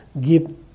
give